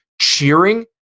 cheering